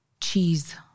cheese